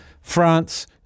France